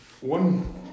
one